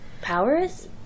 Powers